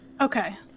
Okay